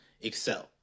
excel